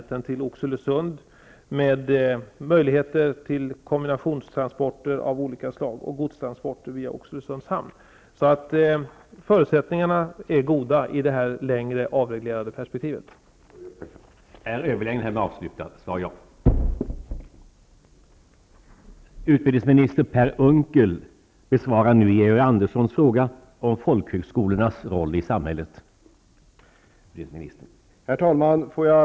Till det kommer närheten till Förutsättningarna i det längre, avreglerade perspektivet är alltså goda.